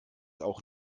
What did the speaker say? auch